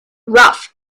rough